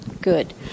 good